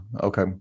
Okay